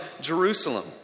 Jerusalem